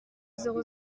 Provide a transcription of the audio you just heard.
zéro